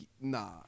nah